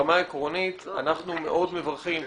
ברמה העקרונית אנחנו מאוד מברכים,